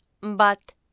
But